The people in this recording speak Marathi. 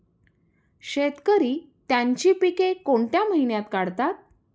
शेतकरी त्यांची पीके कोणत्या महिन्यात काढतात?